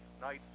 night